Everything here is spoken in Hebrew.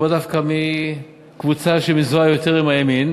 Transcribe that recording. הוא בא דווקא מקבוצה שמזוהה יותר עם הימין.